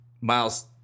Miles